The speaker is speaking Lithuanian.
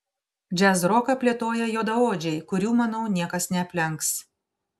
džiazroką plėtoja juodaodžiai kurių manau niekas neaplenks